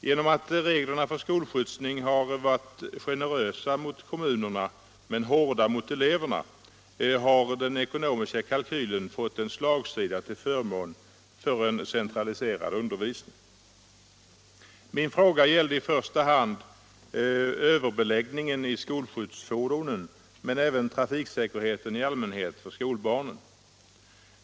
Genom att reglerna för skolskjutsning varit generösa mot kommunerna men hårda mot eleverna har den ekonomiska kalkylen fått en slagsida till förmån för centraliserad undervisning. Min fråga gällde i första hand överbeläggningen i skolskjutsfordonen men även trafiksäkerheten i allmänhet för skolbarnen.